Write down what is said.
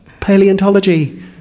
Paleontology